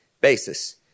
basis